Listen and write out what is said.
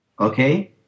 Okay